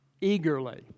eagerly